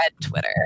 Twitter